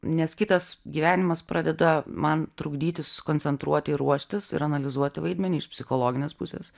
nes kitas gyvenimas pradeda man trukdyti susikoncentruoti ir ruoštis ir analizuoti vaidmenį iš psichologinės pusės